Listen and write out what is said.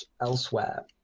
elsewhere